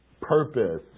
purpose